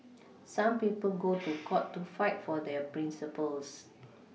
some people go to court to fight for their Principles